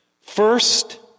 First